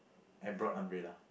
I brought umbrella